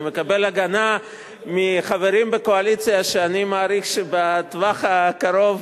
אני מקבל הגנה מחברים בקואליציה שאני מעריך שבטווח הקרוב,